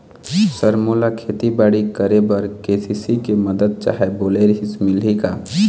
Sir मोला खेतीबाड़ी करेबर के.सी.सी के मंदत चाही बोले रीहिस मिलही का?